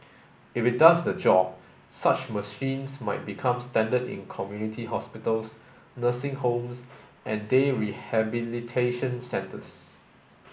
if it does the job such machines might become standard in community hospitals nursing homes and day rehabilitation centres